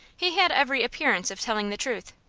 he had every appearance of telling the truth.